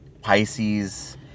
Pisces